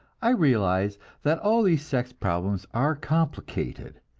i realize that all these sex problems are complicated.